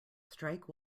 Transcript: strike